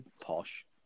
posh